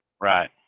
right